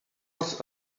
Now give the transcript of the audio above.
was